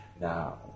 Now